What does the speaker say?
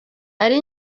ari